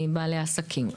מהיקף העסקים.